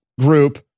group